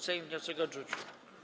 Sejm wniosek odrzucił.